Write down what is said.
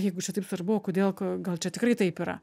jeigu čia taip svarbu o kodėl gal čia tikrai taip yra